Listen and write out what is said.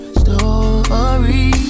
story